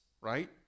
right